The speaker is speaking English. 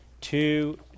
Two